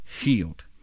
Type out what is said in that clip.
healed